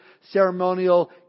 ceremonial